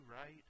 right